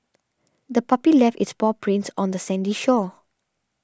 the puppy left its paw prints on the sandy shore